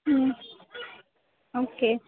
okay